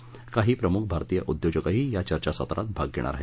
यावेळी काही प्रमुख भारतीय उद्योजकही या चर्चासत्रात भाग घेणार आहेत